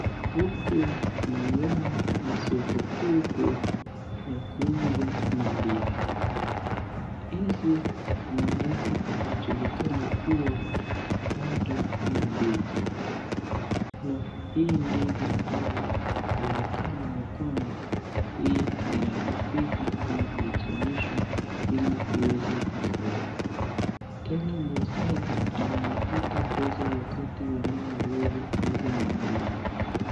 Huku tunaona ni soko kubwa ya kuuza mandizi. Hizi mandizi zinajulikana kuwa bado ni mbichi na hii ndizi inaonekana ya kwamba hii ni ya kupika ama kuichemsha ili uweze kula. Tena mwuzaji anapata pesa wakati anayouza hizi mandizi.